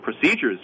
procedures